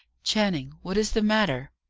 channing, what is the matter?